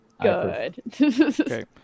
good